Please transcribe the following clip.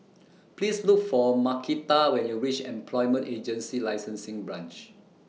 Please Look For Markita when YOU REACH Employment Agency Licensing Branch